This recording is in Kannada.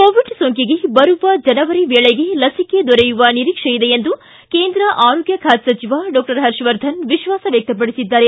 ಕೋವಿಡ್ ಸೋಂಟಿಗೆ ಬರುವ ಜನವರಿ ವೇಳೆಗೆ ಲಸಿಕೆ ದೊರೆಯುವ ನಿರೀಕ್ಷೆ ಇದೆ ಎಂದು ಕೇಂದ್ರ ಆರೋಗ್ಯ ಖಾತೆ ಸಚಿವ ಡಾಕ್ಟರ್ ಹರ್ಷವರ್ಧನ್ ವಿಶ್ವಾಸ ವ್ಯಕ್ತಪಡಿಸಿದ್ದಾರೆ